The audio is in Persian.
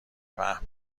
پهن